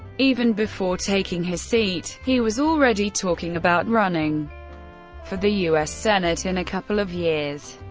even before taking his seat, he was already talking about running for the u s. senate in a couple of years.